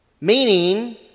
Meaning